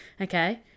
Okay